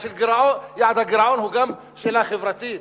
יעד הגירעון הוא גם שאלה חברתית,